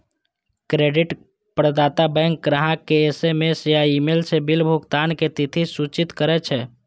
credit प्रदाता bank ग्राहक कें एस.एम.एस या ईमेल सं बिल भुगतानक तिथि सूचित करै छै